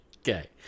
Okay